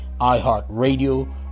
iHeartRadio